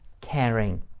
caring